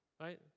right